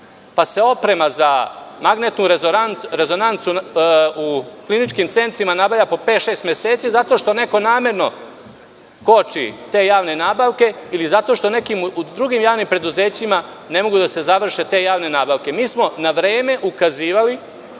pa se oprema zamagnetnu rezonancu u kliničkim centrima nabavlja po pet, šest meseci zato što neko namerno koči te javne nabavke ili zato što u nekim drugim javnim preduzećima ne mogu da se završe te javne nabavke? Mi smo na vreme ukazivali